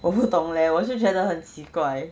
我不懂 leh 我就觉得很奇怪